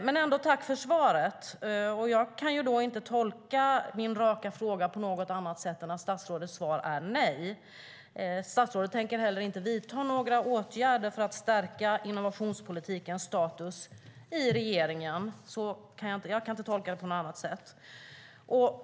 Statsrådets svar på min raka fråga kan jag inte tolka på något annat sätt än som ett nej. Statsrådet tänker inte vidta några åtgärder för att stärka innovationspolitikens status i regeringen.